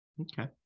Okay